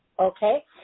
Okay